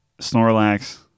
Snorlax